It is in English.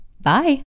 Bye